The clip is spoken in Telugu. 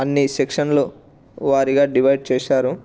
అన్ని సెక్షన్లో వారిగా డివైడ్ చేశారు